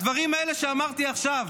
הדברים האלה שאמרתי עכשיו,